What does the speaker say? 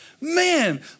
man